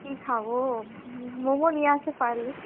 কি খাবো মোমো নিয়ে আসো পারলে